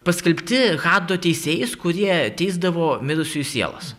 paskelbti hado teisėjais kurie teisdavo mirusiųjų sielas